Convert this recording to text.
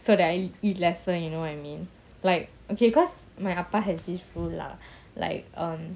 so that I eat lesser you know what I mean like okay cause my appa has this rule lah like um